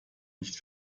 nicht